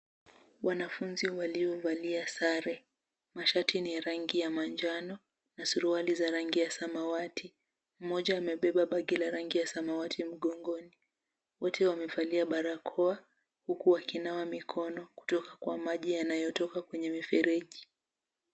Wanafunzi waliovalia sare, mashati ni rangi ya manjano, na suruali za rangi ya samawati. Mmoja amebeba bagi la rangi ya samawati mgongoni. Wote wamevalia barakoa, huku wakinawa mikono kutoka kwa maji yanayotoka kwenye mifereji.